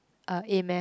a A-math